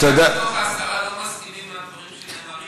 תשעה מתוך העשרה לא מסכימים לדברים שנאמרים פה.